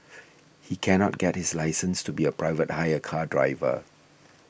he cannot get his license to be a private hire car driver